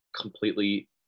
completely